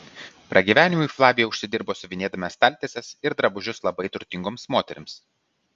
pragyvenimui flavija užsidirbo siuvinėdama staltieses ir drabužius labai turtingoms moterims